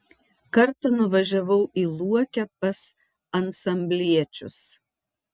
kartą nuvažiavau į luokę pas ansambliečius